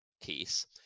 case